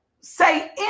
say